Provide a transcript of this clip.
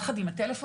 יחד עם הטלפון,